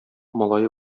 малае